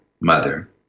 mother